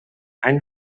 any